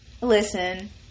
Listen